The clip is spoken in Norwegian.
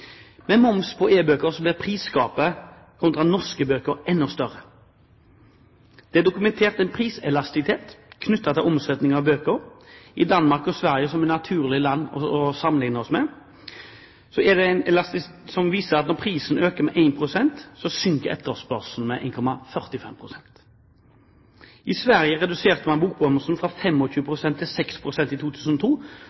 Med moms på e-bøker blir prisgapet kontra norske bøker enda større. Det er dokumentert en priselastisitet knyttet til omsetningen av bøker. I Danmark og Sverige, som er land det er naturlig å sammenlikne oss med, ser vi at når prisen øker med 1 pst., synker etterspørselen med 1,45 pst. I Sverige reduserte man bokmomsen fra